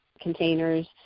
containers